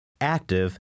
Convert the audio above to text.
active